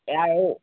আৰু